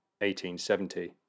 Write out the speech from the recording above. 1870